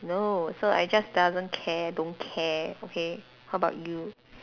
no so I just doesn't care don't care okay how about you